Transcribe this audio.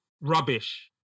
rubbish